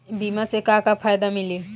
बीमा से का का फायदा मिली?